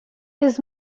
his